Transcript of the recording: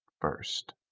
first